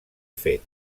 fet